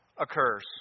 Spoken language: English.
occurs